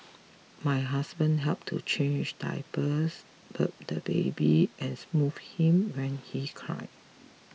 my husband helped to change diapers burp the baby and soothe him when he cried